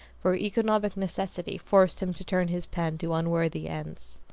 for economic necessity forced him to turn his pen to unworthy ends.